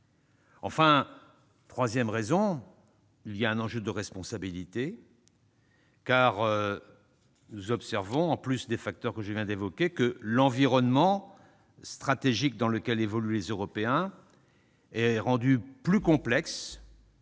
y a, enfin, un enjeu de responsabilité, car nous observons, outre les facteurs que je viens d'évoquer, que l'environnement stratégique dans lequel évoluent les Européens est rendu plus complexe